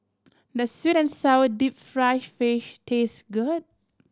does sweet and sour deep fried fish taste good